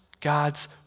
God's